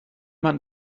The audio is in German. man